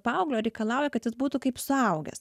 paauglio reikalauja kad jis būtų kaip suaugęs